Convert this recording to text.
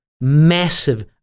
massive